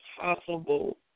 Possible